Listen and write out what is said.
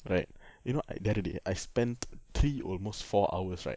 right you know I the other day I spent three almost four hours right